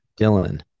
Dylan